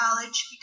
college